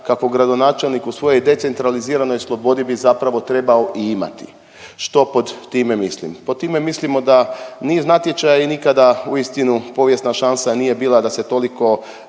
kakvog gradonačelnik u svojoj decentraliziranoj slobodi bi zapravo trebao i imati. Što pod time mislim? Pod time mislimo da niz natječaja i nikada uistinu povijesna šansa nije bila da se toliko